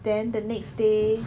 then the next day